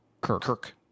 Kirk